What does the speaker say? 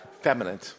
feminine